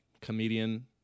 comedian